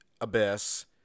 abyss